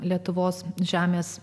lietuvos žemės